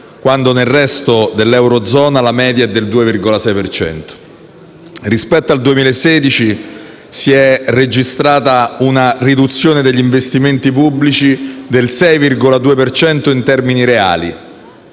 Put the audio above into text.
quando nel resto dell'Eurozona la media è del 2,6 per cento. Rispetto al 2016, si è registrata una riduzione degli investimenti pubblici del 6,2 per cento in termini reali.